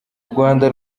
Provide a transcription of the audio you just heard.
rwanda